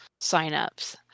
signups